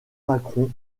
macron